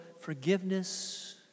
forgiveness